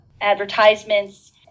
advertisements